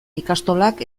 ikastolak